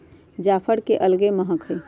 जाफर के अलगे महकइ छइ